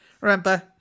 Remember